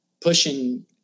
pushing